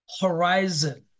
Horizon